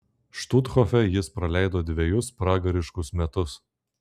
štuthofe jis praleido dvejus pragariškus metus